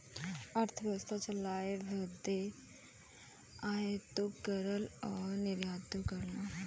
अरथबेवसथा चलाए बदे आयातो करला अउर निर्यातो करला